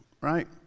right